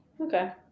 okay